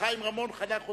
וחיים רמון חנך אותי,